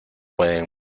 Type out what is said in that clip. pueden